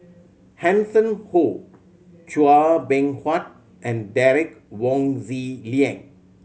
Hanson Ho Chua Beng Huat and Derek Wong Zi Liang